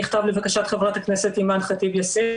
נכתב לבקשת ח"כ אימאן ח'טיב יאסין